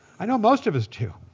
i know most of us do.